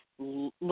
Look